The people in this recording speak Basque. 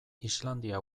islandia